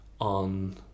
on